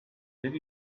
did